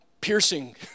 piercing